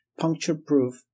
puncture-proof